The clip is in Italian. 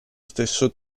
stesso